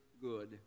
good